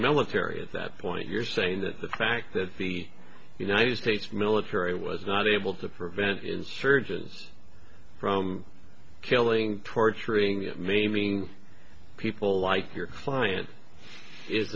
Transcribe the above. military at that point you're saying that the fact that the united states military was not able to prevent insurgents from killing torturing maiming people like your client is